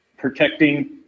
protecting